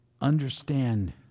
understand